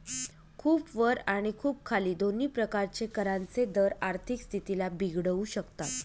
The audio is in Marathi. खूप वर आणि खूप खाली दोन्ही प्रकारचे करांचे दर आर्थिक स्थितीला बिघडवू शकतात